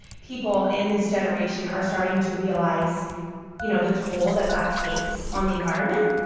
people in this generation are starting to realize you know the toll that that takes on the environment.